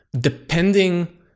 depending